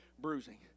bruising